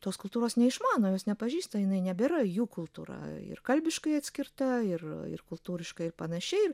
tos kultūros neišmano jos nepažįsta jinai nebėra jų kultūra ir kalbiškai atskirta ir ir kultūriškai ir panašiai